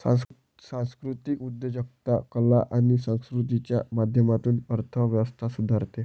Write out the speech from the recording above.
सांस्कृतिक उद्योजकता कला आणि संस्कृतीच्या माध्यमातून अर्थ व्यवस्था सुधारते